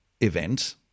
event